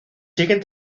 siguen